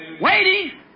waiting